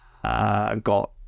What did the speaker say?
Got